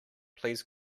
please